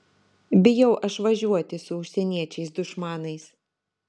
bijau aš važiuoti su užsieniečiais dušmanais